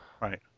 Right